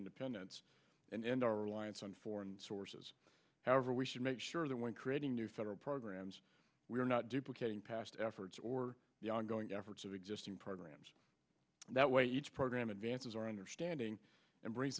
independence and our reliance on foreign sources however we should make sure that when creating new federal programs we are not duplicating past efforts or the ongoing efforts of existing programs that way each program advances our understanding and brings